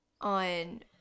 on